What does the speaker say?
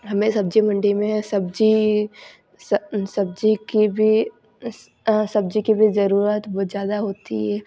हमें सब्जी मंडी में सब्जी स सब्जी की भी सब्जी की भी जरूरत बहोत ज्यादा होती है